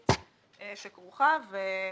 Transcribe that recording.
החקיקתית שכרוכה בכך.